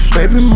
Baby